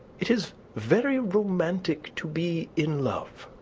it is very romantic to be in love.